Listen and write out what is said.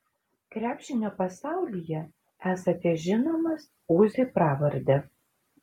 krepšinio pasaulyje esate žinomas uzi pravarde